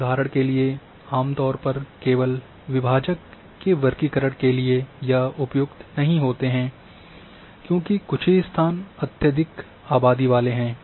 उदाहरण के लिए आमतौर पर केवल विभाजक के वर्गीकरण के लिए यह उपयुक्त नहीं होते हैं क्योंकि कुछ ही स्थान अत्यधिक आबादी वाले हैं